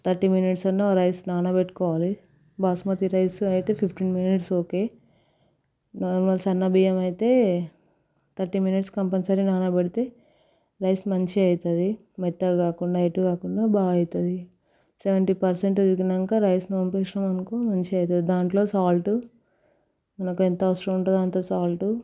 thirty minutes అన్నా rice నానబెట్టుకోవాలి basmati rice అయితే ఫిఫ్టీన్ మినిట్స్ ఓకే నార్మల్ సన్న బియ్యం అయితే థర్టీ మినిట్స్ కంపల్సరీ నానబెడితే రైస్ మంచిగా అవుతుంది మెత్తగా కాకుండా ఎటు కాకుండా బాగా అయితది సెవెంటీ పర్సెంట్ ఏగినాంక రైస్ని వంపేసినవనుకో మంచిగా అయితది దాంట్లో సాల్ట్ నాకు ఎంత అవసరం ఉంటుంది అంత సాల్టు